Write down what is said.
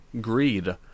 greed